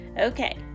okay